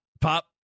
pop